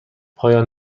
پایان